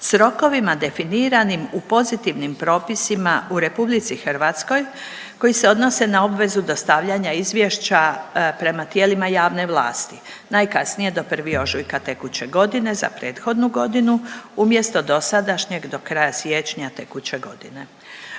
s rokovima definiranim u pozitivnim propisima u RH koji se odnose na obvezu dostavljanja izvješća prema tijelima javne vlasti, najkasnije do 1. ožujka tekuće godine za prethodnu godinu umjesto dosadašnjeg do kraja siječnja tekuće godine.